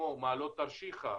כמו מעלות תרשיחא,